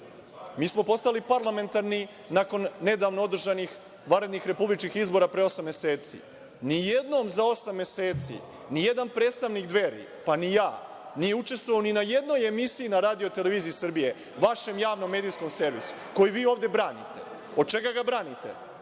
Mi smo postali parlamentarni nakon nedavno održanih vanrednih republičkih izbora pre osam meseci. Ni jednom za osam meseci, ni jedan predstavnik Dveri, pa ni ja, nije učestvovao ni na jednoj emisiji na RTS, vašem Javnom medijskom servisu, koji vi ovde branite. Od čega ga branite?